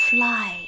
Fly